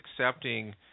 accepting